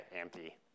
empty